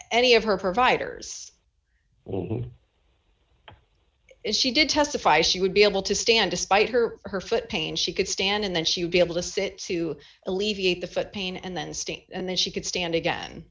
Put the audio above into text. any of her providers if she did testify she would be able to stand despite her her foot pain she could stand and then she would be able to sit to alleviate the pain and then sting and then she could stand again